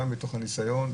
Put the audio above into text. גם מתוך ניסיון,